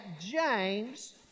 James